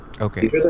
Okay